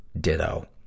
ditto